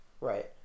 Right